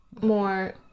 more